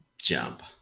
jump